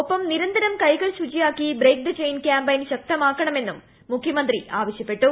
ഒപ്പം നിരന്തരം കൈകൾ ശുചിയാക്കി ബ്രേയ്ക്ക് ദ ചെയ്ൻ ക്യാംപെയ്ൻ ശക്തമാക്കണമെന്നും മുഖ്യമന്ത്രി ആവശ്യപ്പെട്ടു